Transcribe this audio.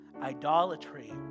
idolatry